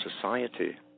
society